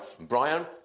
Brian